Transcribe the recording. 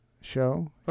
show